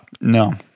No